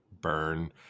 burn